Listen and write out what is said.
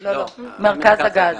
לא, ממרכז הגז.